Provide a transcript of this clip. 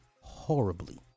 horribly